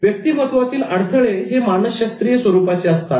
व्यक्तिमत्त्वातील अडथळे हे मानसशास्त्रीय स्वरूपाचे असतात